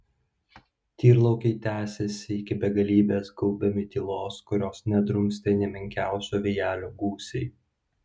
tyrlaukiai tęsėsi iki begalybės gaubiami tylos kurios nedrumstė nė menkiausio vėjelio gūsiai